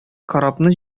корабны